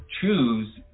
choose